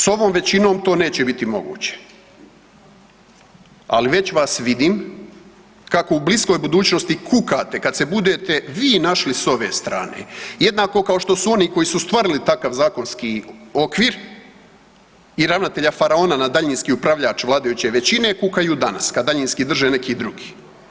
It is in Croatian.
Sa ovom većinom to neće biti moguće, ali već vas vidim kako u bliskoj budućnosti kukate kad se budete vi našli sa ove strane, jednako kao što su oni koji su stvarali takav zakonski okvir i ravnatelja faraona na daljinski upravljač vladajuće većine kukaju danas kad daljinski drže neki drugi.